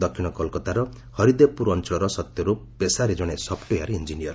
ଦକ୍ଷିଣ କୋଲକତାର ହରିଦେବପୁର ଅଞ୍ଚଳର ସତ୍ୟରୂପ ପେଶାରେ ଜଣେ ସଫ୍ଟୱେୟା ଇଞ୍ଜିନିୟର